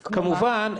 כמובן,